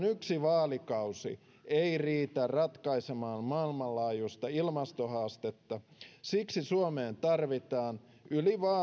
yksi vaalikausi ei riitä ratkaisemaan maailmanlaajuista ilmastohaastetta siksi suomeen tarvitaan yli